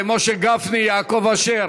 ומשה גפני ויעקב אשר